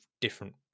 different